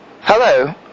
Hello